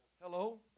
Hello